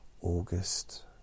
August